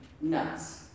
nuts